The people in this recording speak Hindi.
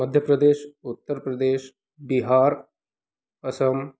मध्य प्रदेश उत्तर प्रदेश बिहार असम